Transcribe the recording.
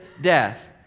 death